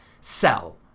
sell